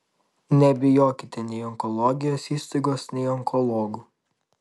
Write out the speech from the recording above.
nebijokite nei onkologijos įstaigos nei onkologų